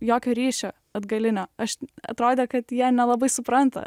jokio ryšio atgalinio aš atrodė kad jie nelabai supranta